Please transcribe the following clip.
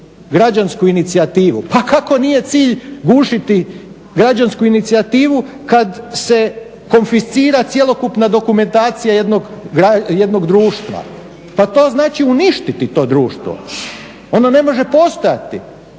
građansku inicijativu. Pa kako nije cilj gušiti građansku inicijativu kad se konfiscira cjelokupna dokumentacija jednog društva? Pa to znači uništiti to društvo. Ono ne može postojati